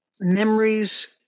memories